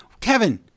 Kevin